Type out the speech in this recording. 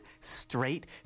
Straight